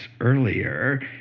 earlier